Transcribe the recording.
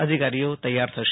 અધિકારીઓ તૈયાર થશે